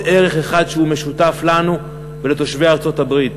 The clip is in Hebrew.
ערך אחד שמשותף לנו ולתושבי ארצות-הברית,